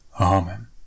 Amen